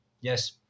Yes